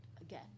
again